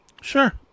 Sure